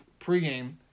pregame